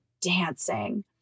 dancing